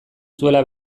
zuela